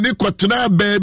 baby